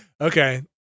Okay